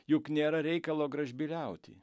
juk nėra reikalo gražbyliauti